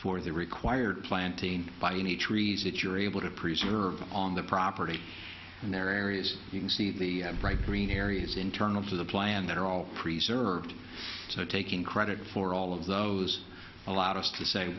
for the required planting by any trees that you're able to preserve on the property and there are areas you can see the bright green areas internal to the plan that are all preserved so taking credit for all of those allowed us to say